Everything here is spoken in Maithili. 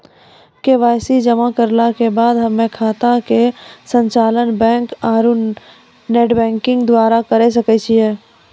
के.वाई.सी जमा करला के बाद हम्मय खाता के संचालन बैक आरू नेटबैंकिंग द्वारा करे सकय छियै?